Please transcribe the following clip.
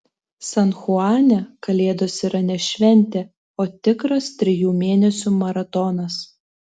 san chuane kalėdos yra ne šventė o tikras trijų mėnesių maratonas